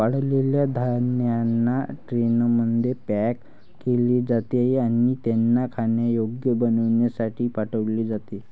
वाळलेल्या धान्यांना ट्रेनमध्ये पॅक केले जाते आणि त्यांना खाण्यायोग्य बनविण्यासाठी पाठविले जाते